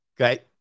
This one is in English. Okay